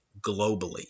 globally